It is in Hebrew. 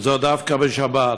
וזאת דווקא בשבת.